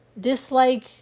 dislike